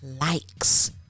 likes